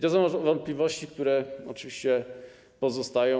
To są wątpliwości, które oczywiście pozostają.